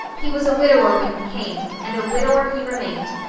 he was a widower when he came, and a widower he remained,